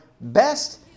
best